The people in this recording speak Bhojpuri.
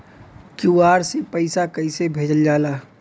क्यू.आर से पैसा कैसे भेजल जाला?